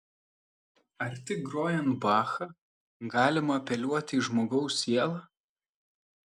ar tik grojant bachą galima apeliuoti į žmogaus sielą